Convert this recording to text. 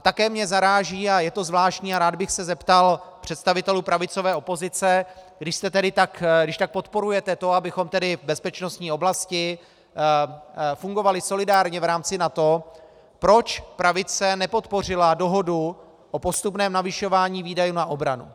Také mě zaráží, a je to zvláštní a rád bych se zeptal představitelů pravicové opozice, když tak podporujete to, abychom tedy v bezpečnostní oblasti fungovali solidárně v rámci NATO, proč pravice nepodpořila dohodu o postupném navyšování výdajů na obranu.